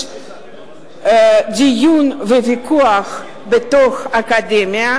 יש דיון וויכוח בתוך האקדמיה,